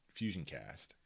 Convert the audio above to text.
FusionCast